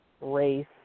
Race